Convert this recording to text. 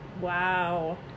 Wow